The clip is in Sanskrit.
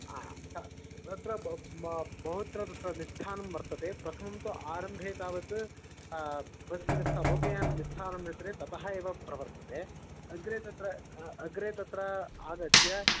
हा तत्र बहुत्र तत्र निस्थानं वर्तते प्रथमं तु आरम्भे तावत् बस्निस्था लोकयाननिस्थानं वर्तते ततः एव प्रवर्तते अग्रे तत्र अग्रे तत्र आगत्य